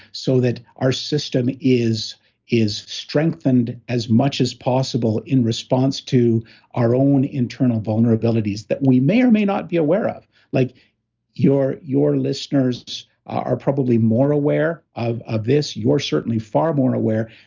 so that our system is is strengthened as much as possible in response to our own internal vulnerabilities that we may or may not be aware of like your your listeners are probably more aware of of this, you're certainly far more aware,